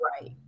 right